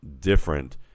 different